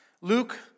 Luke